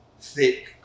thick